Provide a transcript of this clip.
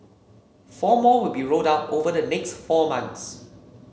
four more will be rolled out over the next four months